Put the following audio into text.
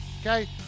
Okay